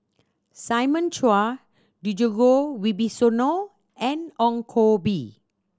Simon Chua Djoko Wibisono and Ong Koh Bee